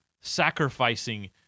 sacrificing